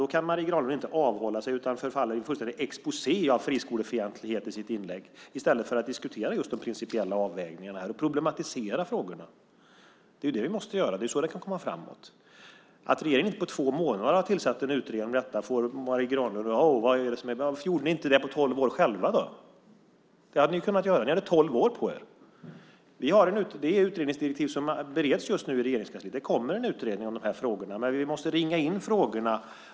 Då kan Marie Granlund inte avhålla sig från att falla i fullständig exposé av friskolefientlighet i sitt inlägg i stället för att diskutera de principiella avvägningarna och problematisera frågorna. Det är det vi måste göra, det är så det kan komma framåt. Att regeringen inte på två månader har tillsatt en utredning om detta får Marie Granlund att fråga vad det är som hänt. Varför gjorde ni inte det på tolv år själva? Det hade ni kunnat göra. Ni hade tolv år på er. Utredningsdirektiven bereds just nu i Regeringskansliet. Det kommer en utredning om de här frågorna, men vi måste ringa in frågorna.